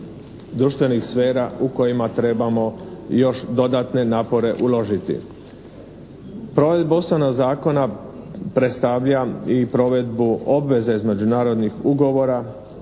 društvenih sfera u kojima trebamo još dodatne napore uložiti. Provedba ustavnog zakona predstavlja i provedbu obveze iz međunarodnih ugovora